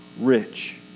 rich